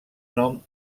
nom